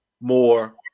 more